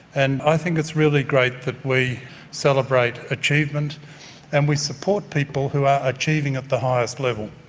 and i think it's really great that we celebrate achievement and we support people who are achieving at the highest level,